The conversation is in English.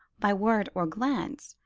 by word or glance,